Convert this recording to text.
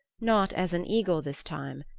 not as an eagle this time,